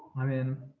i mean,